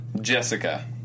Jessica